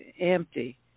empty